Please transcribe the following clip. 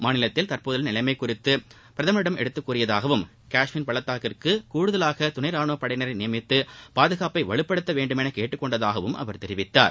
மாநிலத்தில் தற்போதுள்ள நிலைமை குறித்து பிரதமரிடம் எடுத்து கூறியதாகவும் காஷ்மீர் பள்ளத்தாக்கிற்கு கூடுதவாக துணை ரானுவ படையினரை நியமித்து பாதுகாப்பை வலுப்படுத்த வேண்டுமென கேட்டுக் கொண்டதாகவும் அவர் தெரிவித்தார்